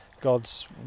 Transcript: God's